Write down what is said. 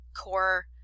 core